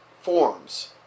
forms